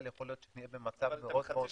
יכול להיות שנהיה במצב מאוד מאוד עמוס.